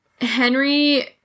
Henry